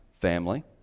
family